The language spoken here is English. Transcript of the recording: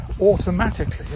automatically